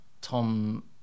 tom